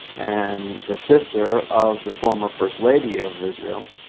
and the sister of the former first lady of israel.